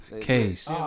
Case